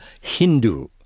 Hindu